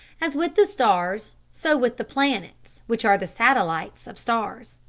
as with the stars, so with the planets, which are the satellites of stars.